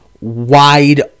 wide